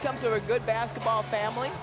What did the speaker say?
come to a good basketball family